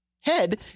head